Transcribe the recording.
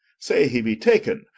say he be taken,